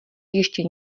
ještě